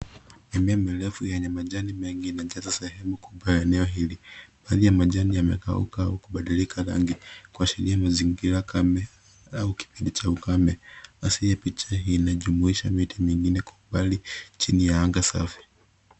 Mimea mirefu yenye majani mengi yanajaza sehemu kubwa ya eneo hili. Baadhi ya majani yamekauka au kubadilisha rangi kuashiria mazingira kame au kipindi cha ukame. Hasi ya picha inajumuisha miti mingine kwa umbali chini ya anga safi.